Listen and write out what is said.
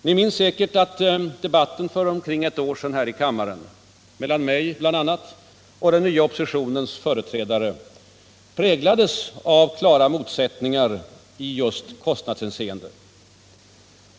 Ni minns säkert att debatten för omkring ett år sedan här i kammaren mellan bl.a. mig och den nya oppositionens företrädare präglades av klara motsättningar i fråga om just kostnadsproblemen.